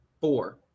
four